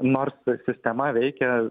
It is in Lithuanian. nors si sistema veikia